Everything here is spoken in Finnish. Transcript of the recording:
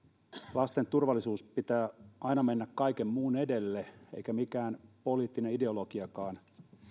lasten turvallisuuden pitää aina mennä kaiken muun edelle eikä mikään poliittinen ideologiakaan